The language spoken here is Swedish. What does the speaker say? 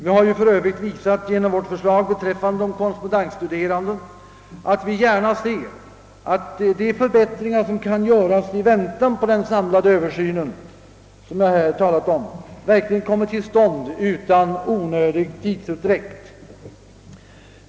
Vi har för övrigt genom våra förslag om de korrespondensstuderande visat, att vi gärna ser att de förbättringar, som kan göras i väntan på den samlade översyn jag här talat om, verkligen kommer till stånd utan onödig tidsutdräkt.